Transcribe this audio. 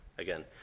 Again